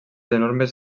enormes